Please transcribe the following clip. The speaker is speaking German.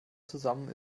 zusammen